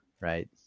Right